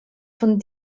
von